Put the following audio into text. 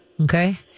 Okay